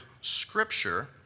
scripture